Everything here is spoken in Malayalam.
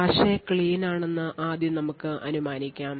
കാഷെ clean ആണെന്നു ആദ്യം നമുക്ക് അനുമാനിക്കാം